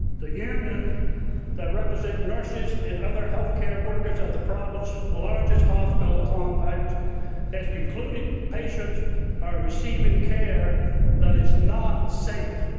the union that represents nurses and other health care workers at the province's largest hospital complex has concluded patients are receiving care that is not safe.